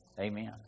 Amen